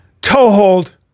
Toehold